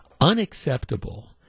unacceptable